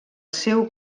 seu